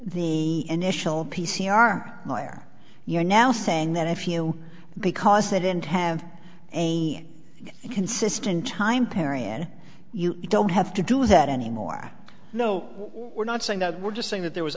the initial p c r where you are now saying that if you because they didn't have a consistent time period you don't have to do that anymore no we're not saying that we're just saying that there was